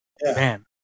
Man